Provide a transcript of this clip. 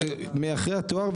אחרי התואר.